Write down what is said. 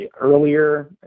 earlier